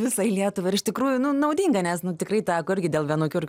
visai lietuvai ir iš tikrųjų nu naudinga nes nu tikrai teko irgi dėl vienokių ar